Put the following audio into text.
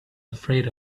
afraid